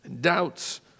Doubts